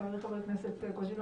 חברי חבר הכנסת קוז'ינוב,